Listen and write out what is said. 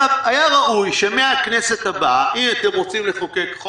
היה ראוי שמהכנסת הבאה אם אתם רוצים לחוקק,